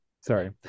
sorry